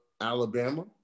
Alabama